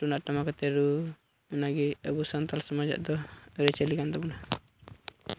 ᱛᱩᱢᱫᱟᱜ ᱴᱟᱢᱟᱠ ᱟᱛᱮᱫ ᱨᱩ ᱚᱱᱟᱜᱮ ᱟᱵᱚ ᱥᱟᱱᱛᱟᱲ ᱥᱚᱢᱟᱡᱽ ᱟᱜ ᱫᱚ ᱟᱹᱨᱤᱪᱟᱹᱞᱤ ᱠᱟᱱ ᱛᱟᱵᱳᱱᱟ